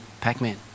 Pac-Man